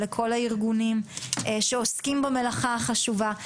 ולכל הארגונים שעוסקים במלאכה החשובה.